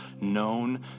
known